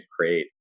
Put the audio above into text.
create